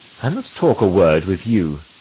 i must talk a word with you.